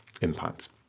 impacts